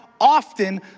often